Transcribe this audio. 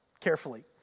carefully